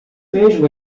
mesmo